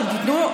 אתם תיתנו לו.